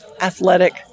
athletic